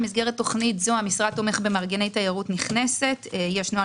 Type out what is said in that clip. במסגרת תוכנית זו המשרד תומך במארגני תיירות נכנסת יש נוהל